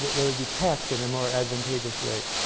they would be taxed at a more advantageous rate.